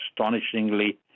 astonishingly